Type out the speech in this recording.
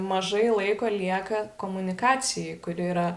mažai laiko lieka komunikacijai kuri yra